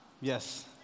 Yes